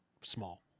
small